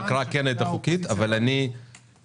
ההקראה כן הייתה חוקית אבל אני משתדל,